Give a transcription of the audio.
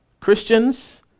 Christians